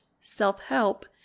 self-help